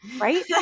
right